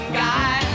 guy